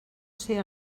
ser